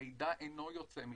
המידע אינו יוצא משם.